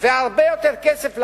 והרבה יותר כסף.